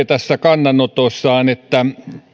tässä kannanotossaan seuraavaa